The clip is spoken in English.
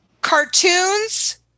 Cartoons